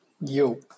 Yo